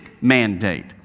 mandate